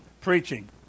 preaching